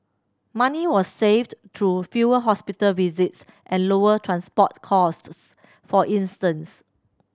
money was saved through fewer hospital visits and lower transport costs for instance